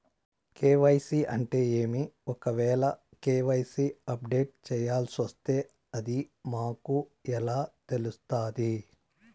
KYC అంటే ఏమి? ఒకవేల కె.వై.సి అప్డేట్ చేయాల్సొస్తే అది మాకు ఎలా తెలుస్తాది?